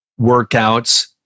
workouts